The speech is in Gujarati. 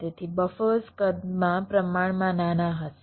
તેથી બફર્સ કદમાં પ્રમાણમાં નાના હશે